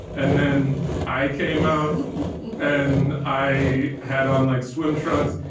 and then i came out and i had on like swim trunks.